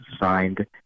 signed